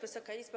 Wysoka Izbo!